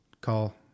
call